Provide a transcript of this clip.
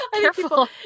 Careful